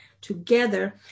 together